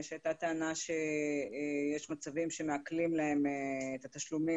שהייתה טענה שיש מצבים שמעקלים להם את התשלומים